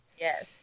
Yes